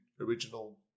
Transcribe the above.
original